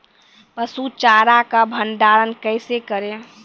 पसु चारा का भंडारण कैसे करें?